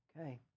Okay